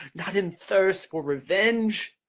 not in thirst for revenge.